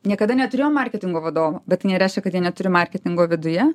niekada neturėjo marketingo vadovo bet nereiškia kad jie neturi marketingo viduje